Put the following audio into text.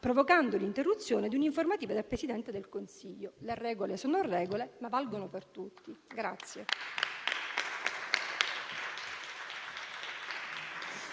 provocando l'interruzione di un'informativa del Presidente del Consiglio. Le regole sono regole, ma valgono per tutti.